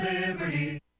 Liberty